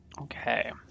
Okay